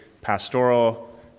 pastoral